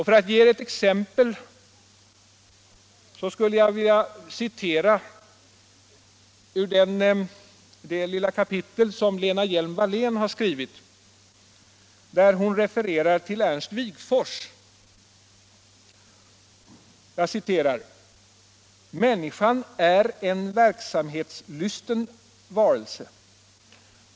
För att ge er ett exempel skall jag citera ur det kapitel som Lena Hjelm-Wallén har skrivit, där hon refererar till vad Ernst Wigforss har sagt: ”Människan är en verksamhetslysten varelse.